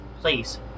Please